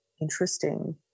interesting